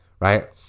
Right